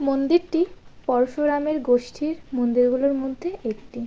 মন্দিরটি পরশুরামের গোষ্ঠীর মন্দিরগুলোর মধ্যে একটি